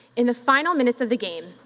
in the final minutes of the game,